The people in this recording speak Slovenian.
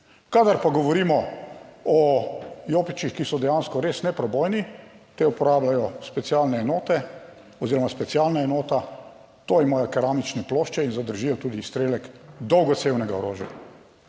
Kadar pa govorimo o jopičih, ki so dejansko res neprebojni, te uporabljajo specialne enote oziroma specialna enota, to imajo keramične plošče in zadržijo tudi izstrelek dolgocevnega orožja.